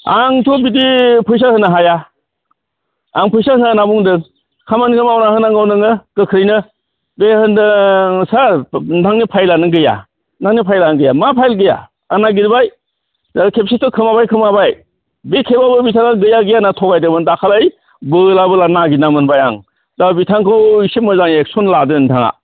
आंथ' बिदि फैसा होनो हाया आं फैसा होया होनना बुंदों खामानिखौ मावना होनांगौ नोङो गोख्रैनो बियो होनदों सार नोंथांनि फाइलानो गैया नोंनि फाइलानो गैया मा फाइल गैया आं नागिरबाय खेबसेथ' खोमाबाय खोमाबाय बे खेबावबो बिथाङा गैया गैया होनना थगायदोंमोन दाखालै बोला बोला नागिरना मोनबाय आं दा बिथांखौ इसे मोजां एक्स'न लादो नोंथाङा